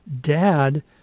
Dad